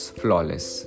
flawless